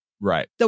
Right